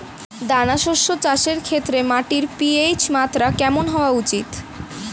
দানা শস্য চাষের ক্ষেত্রে মাটির পি.এইচ মাত্রা কেমন হওয়া উচিৎ?